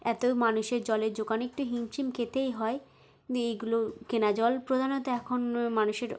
এত মানুষের জলের জোগান একটু হিমসিম খেতেই হয় দিয়ে এগুলো কেনা জল প্রধানত এখন মানুষের